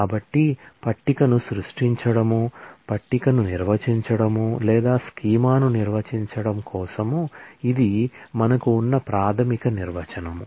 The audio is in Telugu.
కాబట్టి పట్టికను సృష్టించడం పట్టికను నిర్వచించడం లేదా స్కీమాను నిర్వచించడం కోసం ఇది మనకు ఉన్న ప్రాథమిక నిర్వచనం